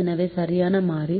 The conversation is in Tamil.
எனவே சரியான மாறி